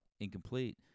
incomplete